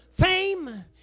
fame